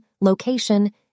location